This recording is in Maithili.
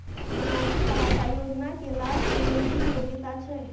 सामाजिक सहायता योजना के लाभ के लेल की योग्यता छै?